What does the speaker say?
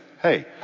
Hey